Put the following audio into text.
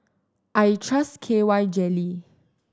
I trust K Y Jelly